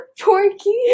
Porky